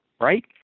right